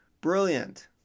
Brilliant